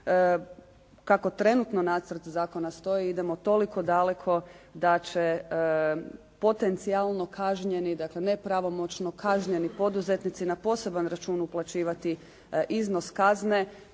Kako trenutno nacrt zakona stoji, idemo toliko daleko da će potencijalno kažnjeni, dakle nepravomoćno kažnjeni poduzetnici na poseban račun uplaćivati iznos kazne